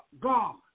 God